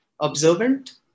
Observant